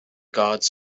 gods